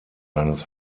seines